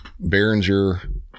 Behringer